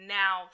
now